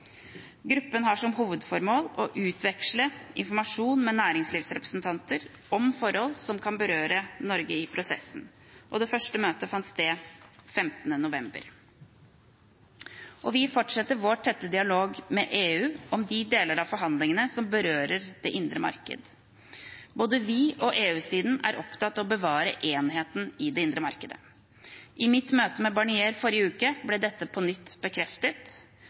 Gruppen har som hovedformål å utveksle informasjon med næringslivsrepresentanter om forhold som kan berøre Norge i prosessen. Det første møtet fant sted 15. november. Vi fortsetter vår tette dialog med EU om de deler av forhandlingene som berører det indre marked. Både vi og EU-siden er opptatt av å bevare enheten i det indre markedet. I mitt møte med Barnier forrige uke ble dette på nytt bekreftet.